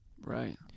right